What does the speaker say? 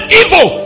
evil